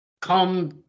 come